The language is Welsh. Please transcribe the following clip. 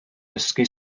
dysgu